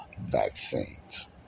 vaccines